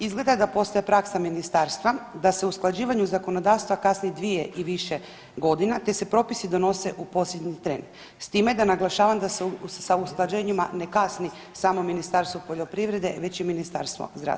Izgleda da postaje praksa ministarstva, da se u usklađivanju zakonodavstva kasni dvije i više godina, te se propisi donose u posljednji tren s time da naglašavam da se sa usklađenjima ne kasni samo Ministarstvo poljoprivrede već i Ministarstvo zdravstva.